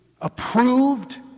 approved